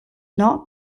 not